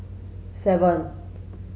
seven